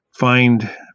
find